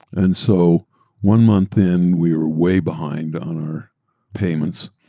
and so one month in, we were way behind on our payments.